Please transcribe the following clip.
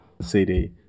CD